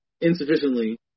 insufficiently